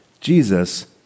Jesus